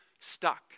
stuck